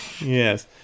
yes